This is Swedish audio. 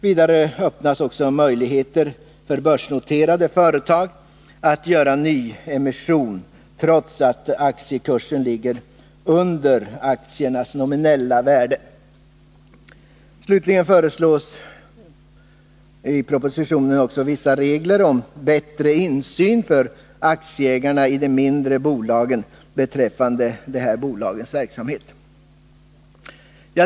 Vidare öppnas möjligheter för börsnoterade företag att göra nyemission trots att aktiekursen ligger under aktiernas nominella värde. Slutligen föreslås i propositionen också vissa regler om bättre insyn för aktieägarna i de mindre bolagen beträffande dessa bolags verksamhet.